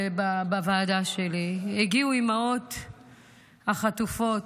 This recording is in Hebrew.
הגיעו אימהות החטופות,